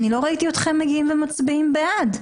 אני לא ראיתי אתכם מגיעים ומצביעים בעד,